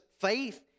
faith